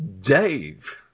Dave